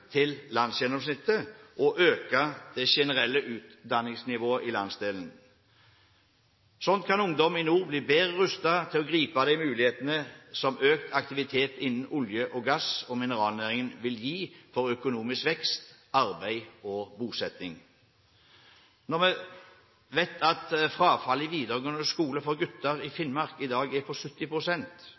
til landsgjennomsnittet og øke det generelle utdanningsnivået i landsdelen. Slik kan ungdom i nord bli bedre rustet til å gripe de mulighetene som økt aktivitet innen olje og gass og mineralnæringen vil gi for økonomisk vekst, arbeid og bosetting. Når vi vet at frafallet i videregående skole for gutter i Finnmark i dag er på